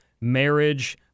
marriage